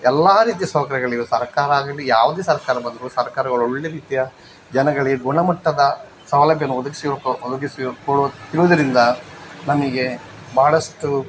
ಎಲ್ಲ ರೀತಿಯ ಸೌಕರ್ಯಗಳಿವೆ ಸರಕಾರ ಆಗಲಿ ಯಾವ್ದೇ ಸರ್ಕಾರ ಬಂದರು ಸರ್ಕಾರಗಳು ಒಳ್ಳೆಯ ರೀತಿಯ ಜನಗಳಿಗೆ ಗುಣಮಟ್ಟದ ಸೌಲಭ್ಯವು ಒದಗಿಸಿರೊ ಕೊ ಒದಗಿಸಿ ಕೊಡುತ್ತಿರುವುದರಿಂದ ನಮಗೆ ಬಹಳಷ್ಟು